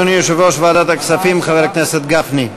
אדוני יושב-ראש ועדת הכספים חבר הכנסת גפני.